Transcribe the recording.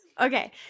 Okay